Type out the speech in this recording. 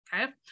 okay